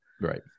Right